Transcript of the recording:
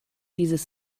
dieses